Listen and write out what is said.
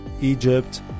Egypt